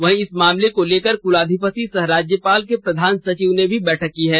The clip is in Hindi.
वहीं इस मामले को लेकर कुलाधिपति सह राज्यपाल के प्रधान सचिव ने भी बैठक की है